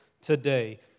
today